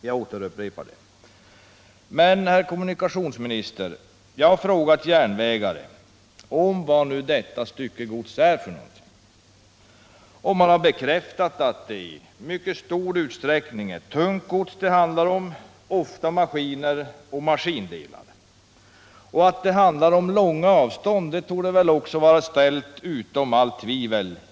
Men, herr kommunikationsminister, jag har frågat järnvägare om vad detta är för styckegods, och man har bekräftat att det i stor utsträckning är tungt gods det handlar om, ofta maskiner, maskindelar och liknande. Att det handlar om långa avstånd torde vara ställt utom allt tvivel.